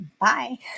Bye